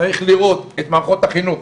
צריך לראות את מערכות החינוך,